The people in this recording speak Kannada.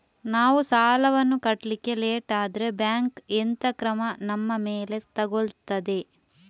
ನಾವು ಸಾಲ ವನ್ನು ಕಟ್ಲಿಕ್ಕೆ ಲೇಟ್ ಆದ್ರೆ ಬ್ಯಾಂಕ್ ಎಂತ ಕ್ರಮ ನಮ್ಮ ಮೇಲೆ ತೆಗೊಳ್ತಾದೆ?